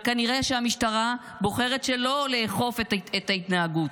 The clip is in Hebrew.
וכנראה המשטרה בוחרת שלא לאכוף את ההתנהגות,